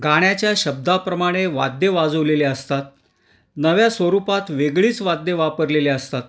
गाण्याच्या शब्दाप्रमाणे वाद्य वाजवलेले असतात नव्या स्वरूपात वेगळीच वाद्य वापरलेले असतात